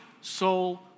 soul